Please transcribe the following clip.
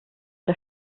der